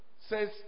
says